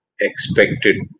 expected